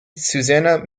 susannah